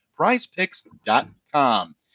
Prizepicks.com